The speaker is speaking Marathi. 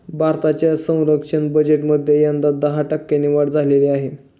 भारताच्या संरक्षण बजेटमध्ये यंदा दहा टक्क्यांनी वाढ झालेली आहे